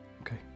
Okay